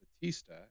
Batista